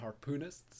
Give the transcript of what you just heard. harpoonists